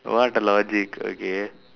what logic okay